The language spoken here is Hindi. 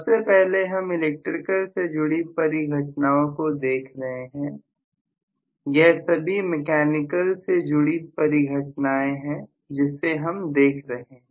सबसे पहले हम इलेक्ट्रिकल से जुड़ी परिघटनाओं को देख रहे हैं जय सभी मेकेनिकल से जुड़ी परिघटनाएं हैं जिसे हम देख रहे हैं